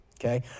okay